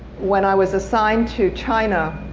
when i was assigned to china